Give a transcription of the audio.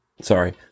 Sorry